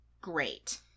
great